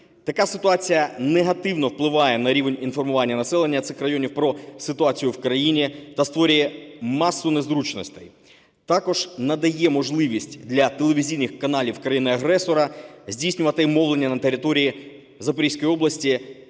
Така ситуація негативно впливає на рівень інформування населення цих районів про ситуацію в країні та створює масу незручностей, також надає можливість для телевізійних каналів країни-агресора здійснювати мовлення на території Запорізької області,